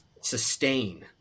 sustain